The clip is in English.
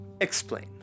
explain